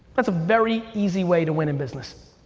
that's a very easy way to win in business.